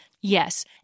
Yes